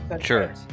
Sure